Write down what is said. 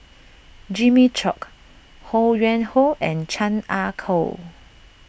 Jimmy Chok Ho Yuen Hoe and Chan Ah Kow